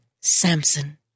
Samson